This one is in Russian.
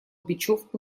бечевку